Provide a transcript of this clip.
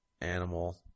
animal